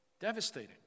devastating